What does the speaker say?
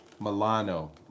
Milano